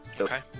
Okay